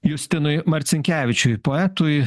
justinui marcinkevičiui poetui